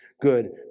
good